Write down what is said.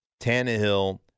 Tannehill